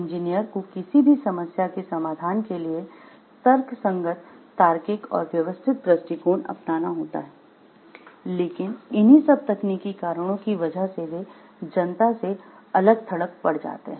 engineer को किसी भी समस्या के समाधान के लिए तर्कसंगत तार्किक और व्यवस्थित दृष्टिकोण अपनाना होता है लेकिन इन्ही सब तकनीकी कारणों की वजह से वे जनता से अलग थलग पड़ जाते हैं